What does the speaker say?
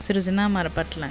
Srujana Marapatla